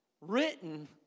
written